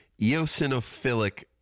eosinophilic